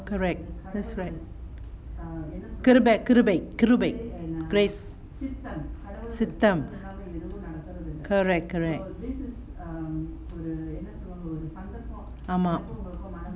correct that's right கிருபை:kirubai grace சித்தம்:siththam correct correct ஆமா:ama